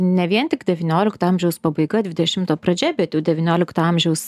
ne vien tik devyniolikto amžiaus pabaiga dvidešimto pradžia bet jauvdevyniolikto amžiaus